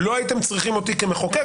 לא הייתם צריכים אותי כמחוקק,